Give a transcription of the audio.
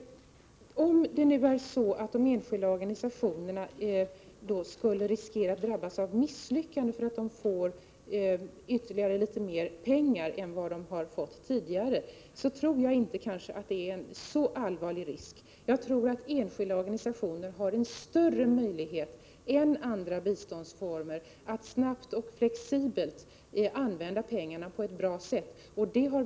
Om de enskilda organisationerna skulle riskera att drabbas av misslyckanden därför att de får ytterligare litet mer pengar än de har fått tidigare, är den risken inte så allvarlig. Jag tror att enskilda organisationer har större möjlighet än andra biståndsformer att snabbt och flexibelt använda pengarna på ett bra sätt.